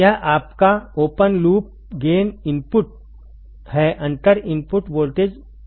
यह आपका open loop gain input है अंतर इनपुट वोल्टेज Vi1 Vi2